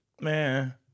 Man